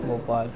Bhopal